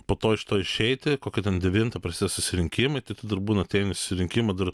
po to iš to išeiti kokia ten devintą prasideda susirinkimai tai tu dar būna ateini į susirinkimą dar